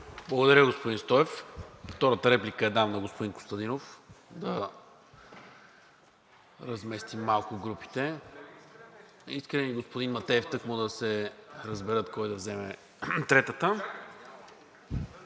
Благодаря, господин Стоев. Втората реплика я давам на господин Костадинов – да разместим малко групите, Искрен Митев и господин Матеев тъкмо да се разберат кой да вземе третата.